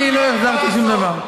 אני לא החזרתי שום דבר.